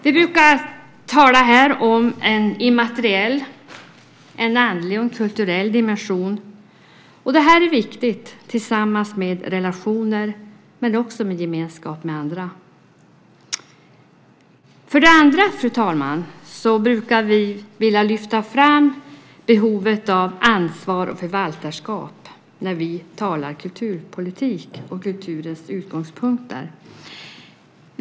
Vi brukar här tala om en immateriell, en andlig och en kulturell dimension, och det här är viktigt, liksom relationer och gemenskap med andra. För det andra, fru talman, brukar vi vilja lyfta fram behovet av ansvar och förvaltarskap när vi talar om kulturpolitik och kulturens utgångspunkter.